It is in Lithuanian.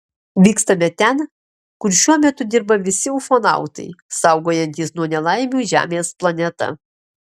vykstame ten kur šiuo metu dirba visi ufonautai saugojantys nuo nelaimių žemės planetą